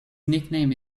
nickname